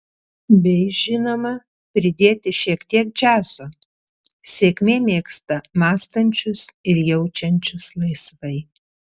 bei žinoma pridėti šiek tiek džiazo sėkmė mėgsta mąstančius ir jaučiančius laisvai